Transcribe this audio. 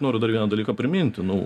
noriu dar vieną dalyką priminti nu